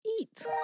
Eat